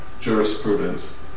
jurisprudence